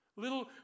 Little